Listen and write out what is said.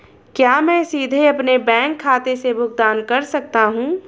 क्या मैं सीधे अपने बैंक खाते से भुगतान कर सकता हूं?